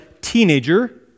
teenager